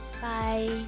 Bye